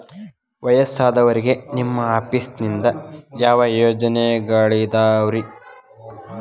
ವಯಸ್ಸಾದವರಿಗೆ ನಿಮ್ಮ ಆಫೇಸ್ ನಿಂದ ಯಾವ ಯೋಜನೆಗಳಿದಾವ್ರಿ?